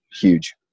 huge